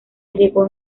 llegó